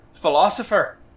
philosopher